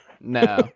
No